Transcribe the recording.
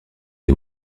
les